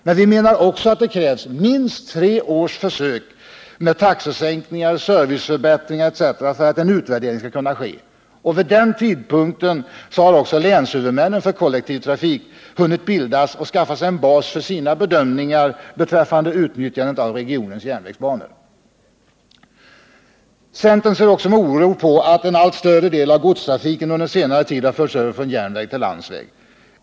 Men vi menar också att det krävs minst tre års försök med taxesänkningar, serviceförbättringar etc. för att en utvärdering skall kunna ske. Vid den tidpunkten har också länshuvudmännen för kollektivtrafiken hunnit bildas och skaffat sig en bas för sina bedömningar beträffande utnyttjandet av regionens järnvägsbanor. Centern ser också med oro på att allt större del av godstrafiken under senare tid har förts över från järnväg till landsväg.